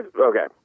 Okay